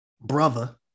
brother